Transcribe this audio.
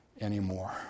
anymore